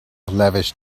lavish